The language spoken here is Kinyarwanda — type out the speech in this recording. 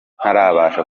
ntarabasha